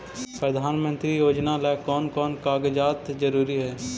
प्रधानमंत्री योजना ला कोन कोन कागजात जरूरी है?